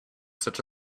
such